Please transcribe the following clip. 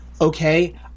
Okay